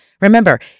Remember